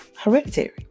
Hereditary